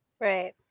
Right